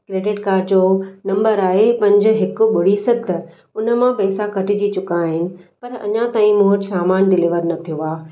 credit card जो नंबरु आहे पंज हिकु ॿुड़ी सत उन मां पैसा कटजी चुका आहिनि पर अञा ताईं मूं वटि समान डिलीवर न थियो आहे